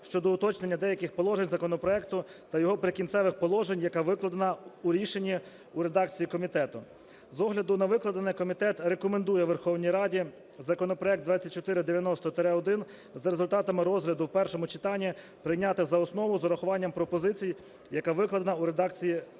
щодо уточнення деяких положень законопроекту та його Прикінцевих положень, які викладені у рішенні в редакції комітету. З огляду на викладене, комітет рекомендує Верховній Раді законопроект 2490-1 за результатами розгляду в першому читанні прийняти за основу з врахуванням пропозиції, яка викладена у редакції комітету.